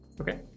Okay